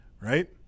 right